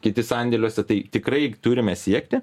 kiti sandėliuose tai tikrai turime siekti